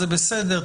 זה בסדר.